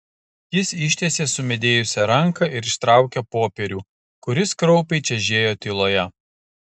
jis ištiesė sumedėjusią ranką ir ištraukė popierių kuris kraupiai čežėjo tyloje